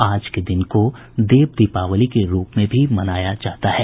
आज के दिन को देव दीपावली के रूप में भी मनाया जाता है